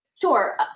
Sure